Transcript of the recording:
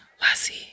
Lassie